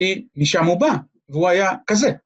‫ומשם הוא בא, והוא היה כזה.